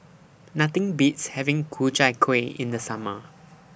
Nothing Beats having Ku Chai Kueh in The Summer